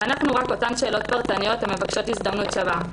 ואנחנו רק אותן שאלות פרטניות המבקשות הזדמנות שווה,